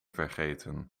vergeten